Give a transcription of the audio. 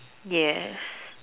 yes